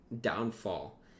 downfall